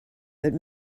but